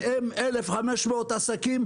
שהם 1,500 עסקים,